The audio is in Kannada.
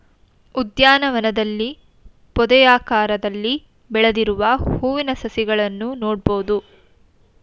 ಉದ್ಯಾನವನದಲ್ಲಿ ಪೊದೆಯಾಕಾರದಲ್ಲಿ ಬೆಳೆದಿರುವ ಹೂವಿನ ಸಸಿಗಳನ್ನು ನೋಡ್ಬೋದು